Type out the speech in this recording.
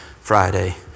Friday